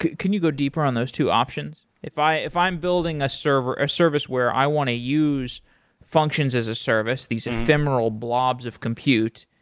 can you go deeper on those two options? if i if i am building ah a service where i want to use functions as a service, these ephemeral blobs of compute,